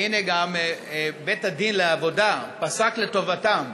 הינה, גם בית הדין לעבודה פסק לטובתם